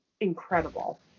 incredible